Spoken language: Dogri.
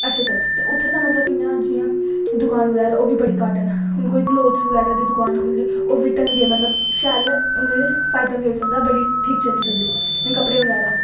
अच्चे चली सकदे उत्थें इयां जियां मतलव दुकान बगैरा ओह् बी बड़ी घट्ट न हून कोई प्लेटस बगैरा दी दुकान खोली ओड़ै ओह् बी ढंगे दी मतलव शैल होन फायदा बी होई सकदा बड़ी सैल चली सकदी कपड़े बगैरा